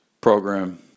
program